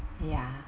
ya